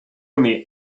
only